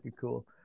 cool